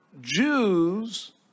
Jews